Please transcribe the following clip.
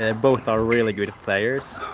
ah both are really good players